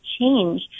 change